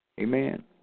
Amen